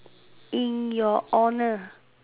in your honor